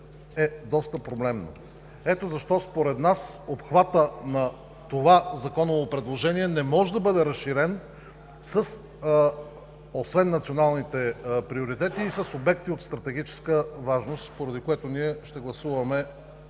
е доста проблемно. Ето защо според нас обхватът на това законово предложение не може да бъде разширен освен с националните приоритети и с обекти от стратегическа важност, поради което ни ще гласуваме